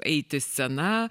eiti scena